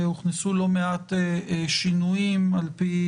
הוכנסו לא מעט שינויים על פי